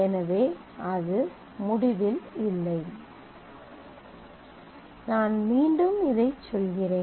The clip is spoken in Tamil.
எனவே அது முடிவில் இல்லை நான் மீண்டும் இதைச் சொல்கிறேன்